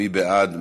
מי בעד?